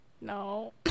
no